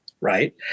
right